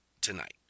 tonight